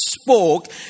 spoke